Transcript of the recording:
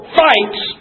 fights